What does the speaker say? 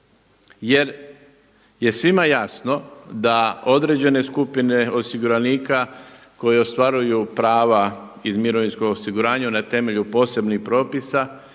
Jer je svima jasno da određene skupine osiguranika koje ostvaruju prava iz mirovinskog osiguranja na temelju posebnih propisa